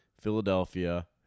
Philadelphia